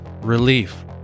relief